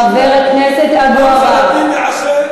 חבר הכנסת אבו עראר,